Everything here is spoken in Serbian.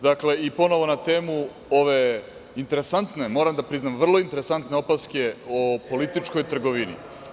Dakle, ponovo na temu ove interesantne, moram da priznam, vrlo interesantne opaske o političkoj trgovini.